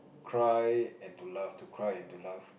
cry and to laugh to cry and to laugh